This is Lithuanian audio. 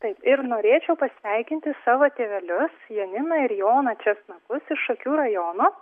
taip ir norėčiau pasveikinti savo tėvelius janiną ir joną česnakus iš šakių rajono